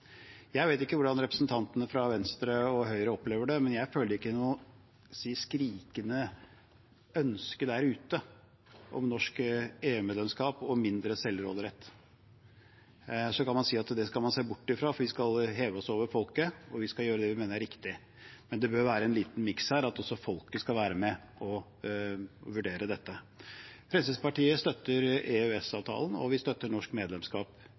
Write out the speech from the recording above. Jeg vet ikke hvordan representantene fra Venstre og Høyre opplever det, men jeg føler ikke noe skrikende ønske der ute om norsk EU-medlemskap og mindre selvråderett. Man kan si at man skal se bort fra det fordi vi skal heve oss over folket og gjøre det vi mener er riktig, men det bør være en liten miks her – også folket skal være med og vurdere dette. Fremskrittspartiet støtter EØS-avtalen, og vi støtter norsk medlemskap